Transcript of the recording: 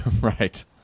Right